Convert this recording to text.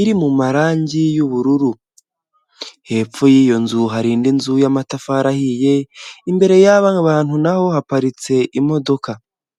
iri mu marangi y'ubururu, hepfo y'iyo nzu hari indi nzu y'amatafari ahiye, imbere y'ababantu naho haparitse imodoka.